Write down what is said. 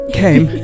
came